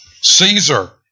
Caesar